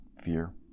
fear